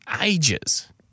ages